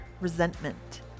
resentment